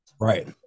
right